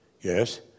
Yes